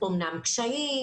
אמנם קשיים,